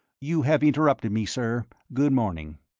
you have interrupted me, sir. good morning.